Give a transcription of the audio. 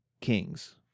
kings